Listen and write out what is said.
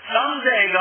Someday